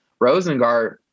Rosengart